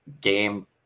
game